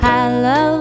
Hello